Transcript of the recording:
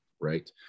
right